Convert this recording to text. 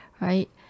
right